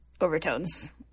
overtones